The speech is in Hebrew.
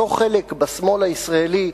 אותו חלק בשמאל הישראלי,